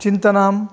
चिन्तनम्